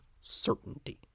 certainty